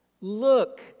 Look